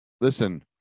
Listen